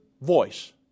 voice